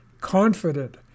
confident